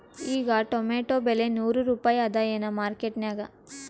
ಈಗಾ ಟೊಮೇಟೊ ಬೆಲೆ ನೂರು ರೂಪಾಯಿ ಅದಾಯೇನ ಮಾರಕೆಟನ್ಯಾಗ?